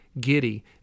giddy